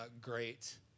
great